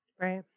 Right